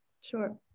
Sure